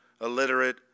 illiterate